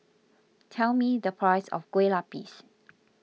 tell me the price of Kueh Lapis